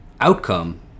outcome